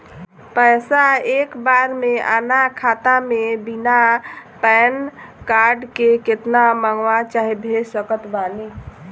पैसा एक बार मे आना खाता मे बिना पैन कार्ड के केतना मँगवा चाहे भेज सकत बानी?